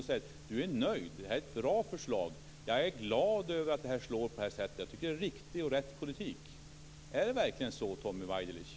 Tänker du stå där och säga att du är nöjd, att det är ett bra förslag, att du är glad över att det slår på det här sättet och att du tycker att detta är en riktig politik? Är det verkligen så, Tommy Waidelich?